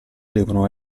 devono